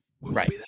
Right